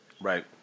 Right